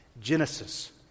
Genesis